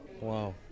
Wow